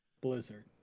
Blizzard